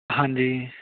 ਹਾਂਜੀ